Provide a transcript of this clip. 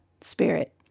Spirit